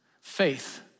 faith